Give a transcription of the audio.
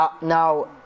now